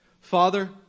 Father